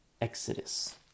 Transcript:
Exodus